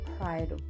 pride